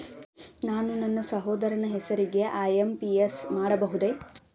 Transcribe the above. ನಾನು ನನ್ನ ಸಹೋದರನ ಹೆಸರಿಗೆ ಐ.ಎಂ.ಪಿ.ಎಸ್ ಮಾಡಬಹುದೇ?